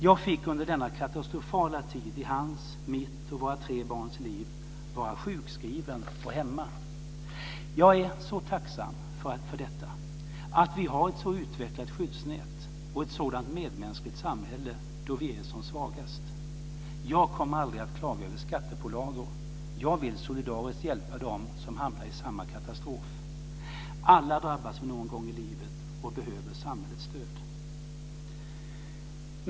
Jag fick under denna katastrofala tid i hans, mitt och våra tre barns liv vara sjukskriven och hemma. Jag är så tacksam för detta, att vi har ett så utvecklat skyddsnät och ett sådant medmänskligt samhälle då vi är som svagast. Jag kommer aldrig att klaga över skattepålagor. Jag vill solidariskt hjälpa dem som hamnar i samma katastrof. Alla drabbas vi någon gång i livet och behöver samhällets stöd, skriver kvinnan.